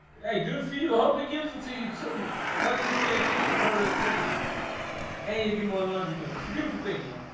hey good for you. i hope he gives it to you too southern miss can increase your productivity and you get more laundry done it's a beautiful thing man